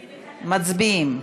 מצביעים.